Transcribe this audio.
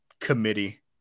committee